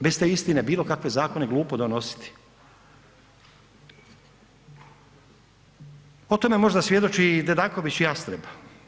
Bez te istine bilo kakve zakone je glupo donositi. o tome možda svjedoči i Dedaković Jastreb.